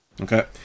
Okay